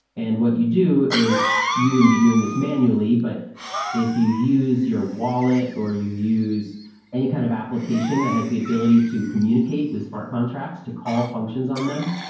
and what you do is you wouldn't be doing this manually, but if you use your wallet or you use any kind of application that has the ability to communicate with smart contracts to call functions on them,